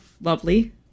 Lovely